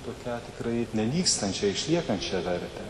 toką tikrai nenykstančią išliekančią vertę